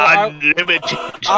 Unlimited